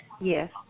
Yes